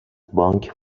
بانک